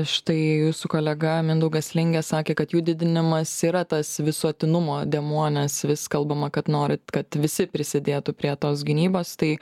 štai jūsų kolega mindaugas lingė sakė kad jų didinimas yra tas visuotinumo dėmuo nes vis kalbama kad norit kad visi prisidėtų prie tos gynybos tai